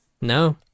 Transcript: No